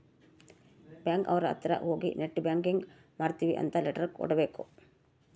bank ಅವ್ರ ಅತ್ರ ಹೋಗಿ ನೆಟ್ ಬ್ಯಾಂಕಿಂಗ್ ಮಾಡ್ತೀವಿ ಅಂತ ಲೆಟರ್ ಕೊಡ್ಬೇಕು